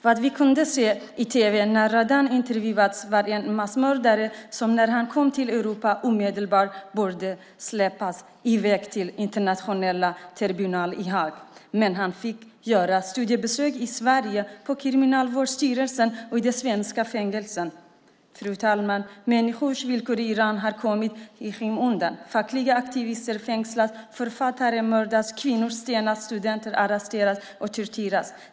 Vad vi kunde se i tv när Radan intervjuades var en massmördare som när han kom till Europa omedelbart borde ha släpats iväg till Internationella domstolen i Haag. Men han fick göra studiebesök i Sverige, på Kriminalvårdsstyrelsen och i svenska fängelser. Fru talman! Människors villkor i Iran har kommit i skymundan. Fackliga aktivister fängslas, författare mördas, kvinnor stenas, studenter arresteras och torteras.